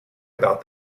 about